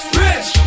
rich